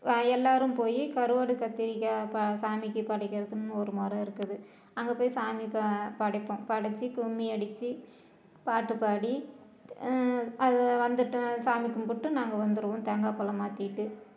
எல்லாரும் போய் கருவாடு கத்திரிக்காய் ப சாமிக்கு படைக்கிறதுன்னு ஒரு முற இருக்குது அங்கே போய் சாமி ப படைப்போம் படைச்சி கும்மி அடிச்சு பாட்டு பாடி அது வந்துவிட்டு சாமி கும்பிட்டு நாங்கள் வந்துருவோம் தேங்காய் பழம் மாற்றிட்டு